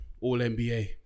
All-NBA